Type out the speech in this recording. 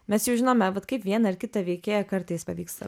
mes jau žinome vat kaip vieną ar kitą veikėją kartais pavyksta